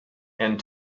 and